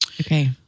Okay